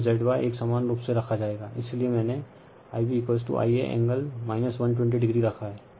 तो यह ZY एक समान रूप से रखा जाएगा इसलिए मैंनेIb Iaएंगल 120o रखा हैं